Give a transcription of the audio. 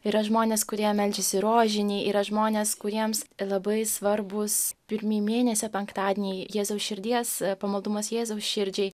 yra žmonės kurie meldžiasi rožinį yra žmonės kuriems labai svarbūs pirmi mėnesio penktadieniai jėzaus širdies pamaldumas jėzaus širdžiai